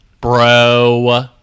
Bro